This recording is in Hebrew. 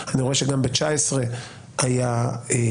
אני גם רואה שגם ב-2019 היו כ-200.